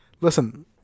Listen